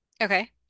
Okay